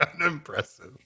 Unimpressive